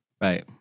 right